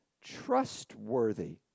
trustworthy